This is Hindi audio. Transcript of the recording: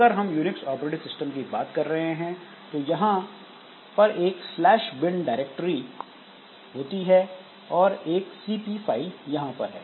अगर हम यूनिक्स ऑपरेटिंग सिस्टम की बात कर रहे हैं तो यहां पर एक स्लैश बिन डायरेक्टरी होती है और एक सीपी फाइल यहां पर है